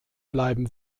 bleiben